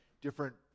different